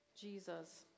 Jesus